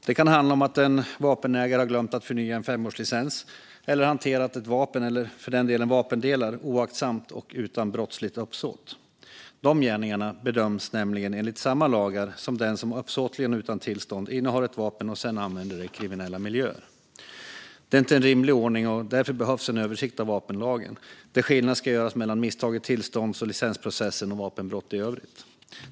Det kan handla om att en vapenägare har glömt att förnya en femårslicens eller har hanterat ett vapen, eller för den delen vapendelar, oaktsamt men utan brottsligt uppsåt. Den som begår dessa gärningar bedöms nämligen enligt samma lagar som den som uppsåtligen och utan tillstånd innehar ett vapen och sedan använder det i kriminella miljöer. Det är inte en rimlig ordning. Därför behövs en översyn av vapenlagen, där skillnad ska göras mellan misstag i tillstånds och licensprocessen och vapenbrott i övrigt.